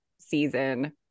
season